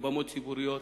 בבמות ציבוריות.